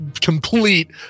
complete